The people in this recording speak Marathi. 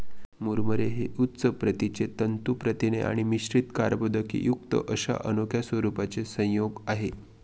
मुरमुरे हे उच्च प्रतीचे तंतू प्रथिने आणि मिश्रित कर्बोदकेयुक्त अशा अनोख्या स्वरूपाचे संयोग आहे